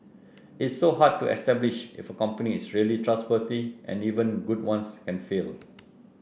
it's so hard to establish if a company is really trustworthy and even good ones can fail